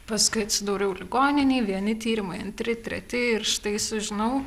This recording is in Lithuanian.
paskui atsidūriau ligoninėj vieni tyrimai antri treti ir štai sužinau